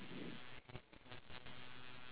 the products that we are selling